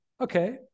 okay